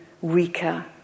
weaker